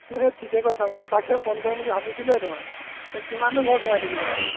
ঠিকে কৈছা মই তাকে ফোন কৰিম বুলি ভাবিছিলোঁয়ে তোমাক কিমাননো ঘৰত সোমাই থাকিবা আৰু